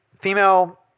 female